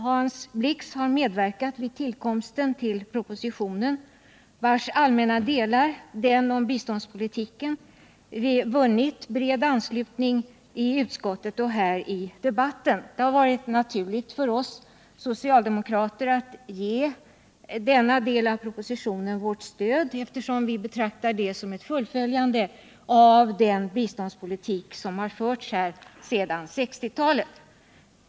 Hans Blix har medverkat i tillkomsten av propositionen, vars allmänna del om biståndspolitiken vunnit bred anslutning i utskottet och här i debatten. Det har varit naturligt för oss socialdemokrater att ge denna del av propositionen vårt stöd, eftersom vi betraktar den såsom ett fullföljande av den biståndspolitik som förts här sedan 1960-talet.